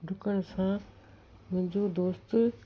डुकण सां मुंहिंजो दोस्त